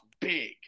big